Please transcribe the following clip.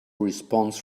response